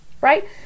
Right